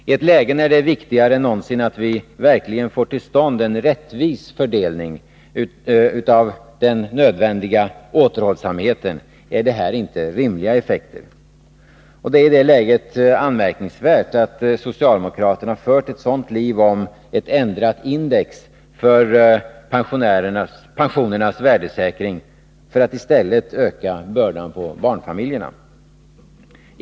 I ett läge när det är viktigare än någonsin att vi verkligen får till stånd en rättvis fördelning av den nödvändiga återhållsamheten är detta inte rimliga effekter. Det är i det läget anmärkningsvärt att socialdemokraterna fört ett sådant liv om ett ändrat index för pensionernas värdesäkring för att i stället öka bördan på barnfamiljerna.